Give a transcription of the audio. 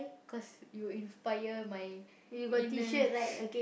cause you inspire my inner